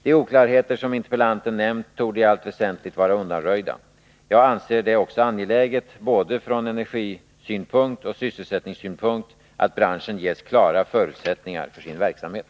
De oklarheter som interpellanten nämnt torde i allt väsentligt vara undanröjda. Jag anser det också angeläget, från både energisynpunkt och sysselsättningssynpunkt, att branschen ges klara förutsättningar för sin verksamhet.